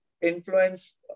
influence